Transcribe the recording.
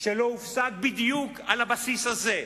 שלא הופסק, בדיוק על הבסיס הזה.